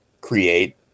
create